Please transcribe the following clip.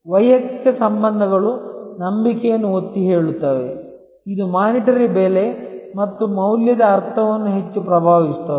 ವೈಯಕ್ತಿಕ ಸಂಬಂಧಗಳು ನಂಬಿಕೆಯನ್ನು ಒತ್ತಿಹೇಳುತ್ತವೆ ಇದು ವಿತ್ತೀಯಬೆಲೆ ಮತ್ತು ಮೌಲ್ಯದ ಅರ್ಥವನ್ನು ಹೆಚ್ಚು ಪ್ರಭಾವಿಸುತ್ತದೆ